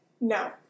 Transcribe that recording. No